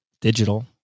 digital